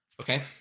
Okay